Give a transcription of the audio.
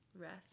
Rest